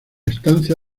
estancia